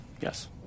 yes